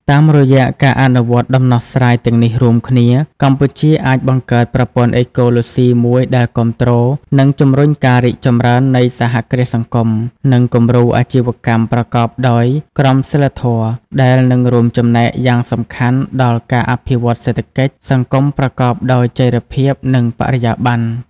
តាមរយៈការអនុវត្តដំណោះស្រាយទាំងនេះរួមគ្នា កម្ពុជាអាចបង្កើតប្រព័ន្ធអេកូឡូស៊ីមួយដែលគាំទ្រ និងជំរុញការរីកចម្រើននៃសហគ្រាសសង្គម និងគំរូអាជីវកម្មប្រកបដោយក្រមសីលធម៌ ដែលនឹងរួមចំណែកយ៉ាងសំខាន់ដល់ការអភិវឌ្ឍសេដ្ឋកិច្ចសង្គមប្រកបដោយចីរភាព និងបរិយាបន្ន ។